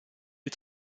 est